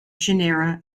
genera